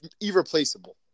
irreplaceable